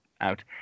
out